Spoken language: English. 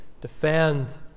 defend